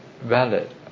valid